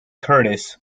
curtis